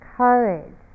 courage